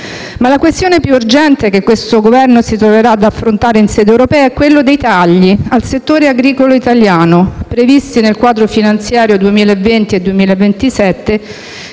La questione più urgente che questo Governo si troverà ad affrontare in sede europea è tuttavia quella dei tagli al settore agricolo italiano previsti nel quadro finanziario 2020-2027,